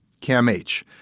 CamH